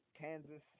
Kansas